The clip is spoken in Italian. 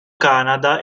canada